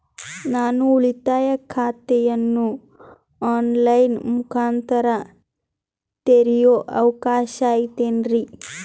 ನಾನು ಉಳಿತಾಯ ಖಾತೆಯನ್ನು ಆನ್ ಲೈನ್ ಮುಖಾಂತರ ತೆರಿಯೋ ಅವಕಾಶ ಐತೇನ್ರಿ?